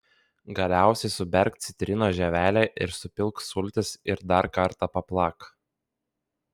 galiausiai suberk citrinos žievelę ir supilk sultis ir dar kartą paplak